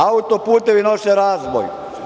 Auto-putevi nose razvoj.